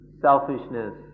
selfishness